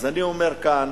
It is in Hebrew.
אז אני אומר כאן: